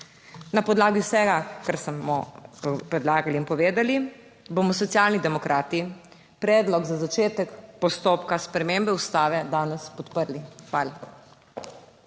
Na podlagi vsega, kar smo predlagali in povedali bomo Socialni demokrati predlog za začetek postopka spremembe Ustave danes podprli. Hvala.